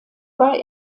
war